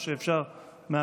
כמה שאפשר.